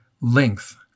length